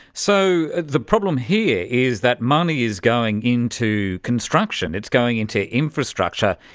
so the problem here is that money is going into construction, it's going into infrastructure,